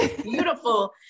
beautiful